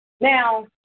Now